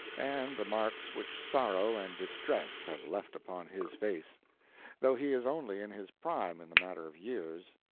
and the marks which sorrow and distress have left upon his face though he is only in his prime in the matter of years.